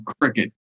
cricket